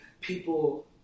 people